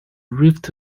rift